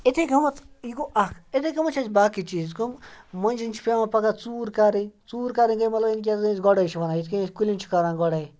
اِتھَے کٔمَتھ یہِ گوٚو اَکھ اِتھَے کَمَتھ چھِ اَسہِ باقٕے چیٖز گوٚو مۄنجہِ چھِ پیٚوان پَگاہ ژوٗر کَرٕنۍ ژوٗر کَرٕنۍ گٔے مطلب یعنی کہ أسۍ گۄڈَے چھِ وَنان یِتھ کٔنۍ أسۍ کُلٮ۪ن چھِ کَران گۄڈَے